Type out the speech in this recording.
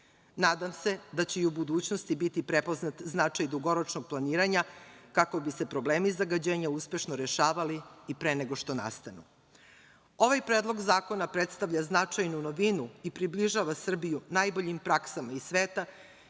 Nadam se da će i u budućnosti biti prepoznat značaj dugoročnog planiranja kako bi se problemi zagađenja uspešno rešavali i pre nego što nastanu. Ovaj predlog zakona predstavlja značajnu novinu i približava Srbiju najboljim praksama iz sveta